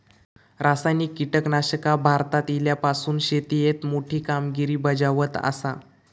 रासायनिक कीटकनाशका भारतात इल्यापासून शेतीएत मोठी कामगिरी बजावत आसा